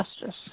justice